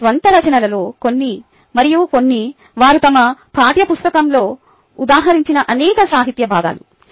వారి స్వంత రచనలలో కొన్ని మరియు కొన్ని వారు తమ పాఠ్యపుస్తకంలో ఉదహరించిన అనేక సాహిత్య భాగాలు